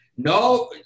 No